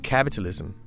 Capitalism